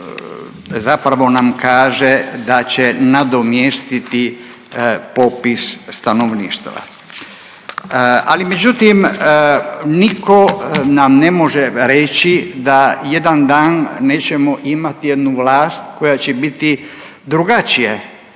zapravo nam kaže da će nadomjestiti popis stanovništva. Ali međutim, niko nam ne može reći da jedan dan nećemo imati jednu vlast koja će biti drugačije